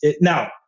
now